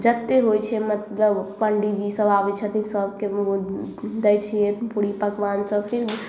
जत्ते होइ छै मतलब पंडी जी सब आबै छथिन सबके दै छियै पूरी पकबान सब चीज